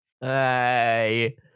hey